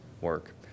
work